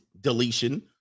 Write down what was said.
deletion